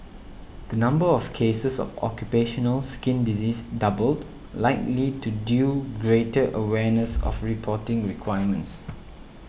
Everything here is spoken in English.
the number of cases of occupational skin disease doubled likely to due greater awareness of reporting requirements